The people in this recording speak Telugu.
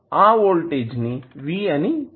ఆ వోల్టేజ్ ని v అని చెప్పవచ్చు